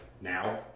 now